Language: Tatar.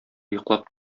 йоклап